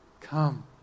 Come